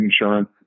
insurance